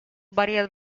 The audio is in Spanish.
varias